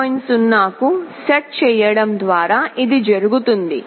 0 కు సెట్ చేయడం ద్వారా ఇది జరుగుతుంది